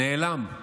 נעלם.